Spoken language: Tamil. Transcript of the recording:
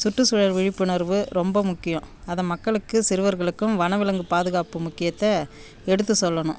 சுற்றுச்சூழல் விழிப்புணர்வு ரொம்ப முக்கியம் அதை மக்களுக்கு சிறுவர்களுக்கும் வனவிலங்கு பாதுகாப்பு முக்கியத்தை எடுத்து சொல்லணும்